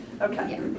Okay